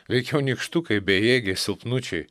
veikiau nykštukai bejėgiai silpnučiai